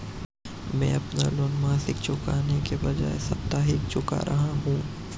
मैं अपना लोन मासिक चुकाने के बजाए साप्ताहिक चुका रहा हूँ